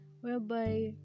whereby